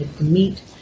meet